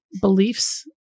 beliefs